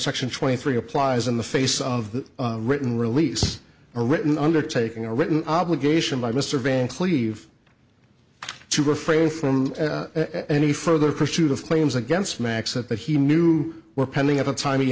section twenty three applies in the face of the written release or a written undertaking a written obligation by mr van cleave to refrain from any further pursuit of claims against max that he knew were pending at the time he